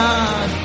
God